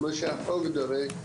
כמו שהחוק דורש,